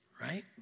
right